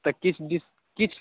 किछु डि किछु